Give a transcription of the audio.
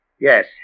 Yes